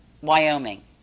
Wyoming